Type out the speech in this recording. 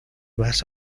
vais